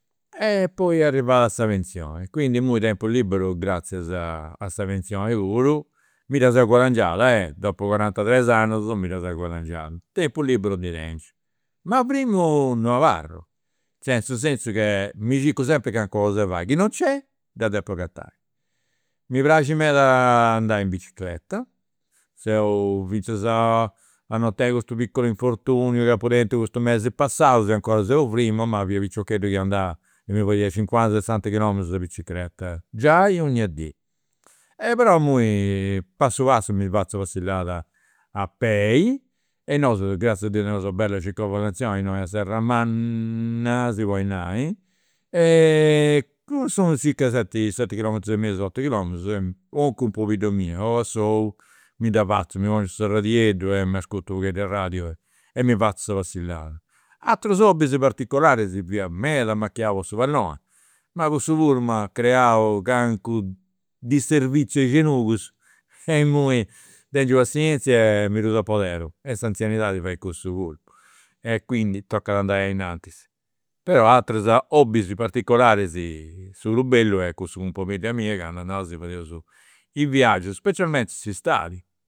poi est arribada sa pensioni, quindi imui tempu liberu, gratzias a sa pensioni puru, mi dda seu guadangiada dopu corantatres annus mi dda seu guadangiada, tempu liberu ndi tengiu. Ma firmu non abarru, cioè in su sensu chi mi circu sempri calicuna cosa de fai, chi non c'est dda depu agatai. Mi praxit meda andai in bicicreta, seu finzas a non teniri custu piccolo infortunio ca apu tentu custu mesi passau e 'ncora seu firmu ma fia piciocheddu chi andà e mi fadia cincuanta sesanta chilometrus a bicicreta, giai 'onnia dì. E però imui passu passu mi fatzu una passillada a pei e nosu, gratzias a deus, teneus una bella circonvallazioni innoi a Serramanna, si podit nai e cussu circa seti seti chilometrus e mesu otu chilometrus cun pobidda mia o a solu mi dda fazu, mi pongiu s'arradieddu e m'ascurtu u' pagheddu 'e radiu e mi fazu sa passillada. Aturus hobbis particolaris fia meda amacchiau po su palloni, ma cussu puru m'at creau calincunu disservizio a i' genugus, e imui tengiu passienzia e mi ddus. E s'anzianidadi fait cussu puru. E quindi tocat andai a innantis. Però ateras hobbis particolaris, su prus bellu est cussu cun pobidda mia candu andaus e si fadeus i' viaggius, specialmenti s'istadi